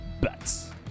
bets